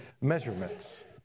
measurements